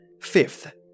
Fifth